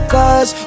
Cause